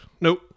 Nope